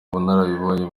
ubunararibonye